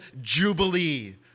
jubilee